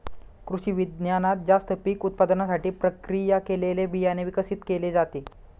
कृषिविज्ञानात जास्त पीक उत्पादनासाठी प्रक्रिया केलेले बियाणे विकसित केले जाते